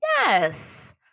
yes